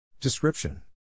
Description